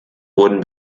wurden